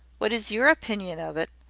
what is your opinion of it?